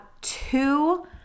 two